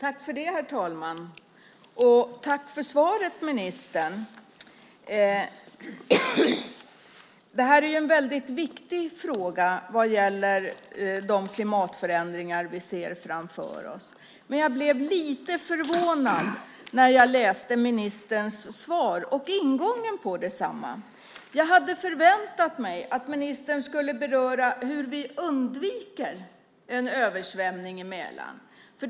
Herr talman! Jag tackar ministern för svaret. De klimatförändringar vi ser framför oss är en väldigt viktig fråga. Men jag blev lite förvånad när jag läste ministerns svar och ingången på detsamma. Jag hade förväntat mig att ministern skulle beröra hur vi undviker översvämning i Mälaren.